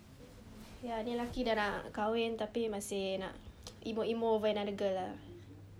ya ni lelaki dah nak kahwin tapi masih nak emo emo over another girl ah